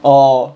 orh